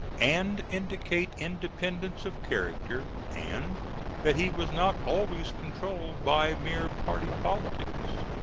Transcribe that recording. and indicate independence of character and that he was not always controlled by mere party politics.